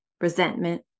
resentment